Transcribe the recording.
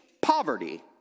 poverty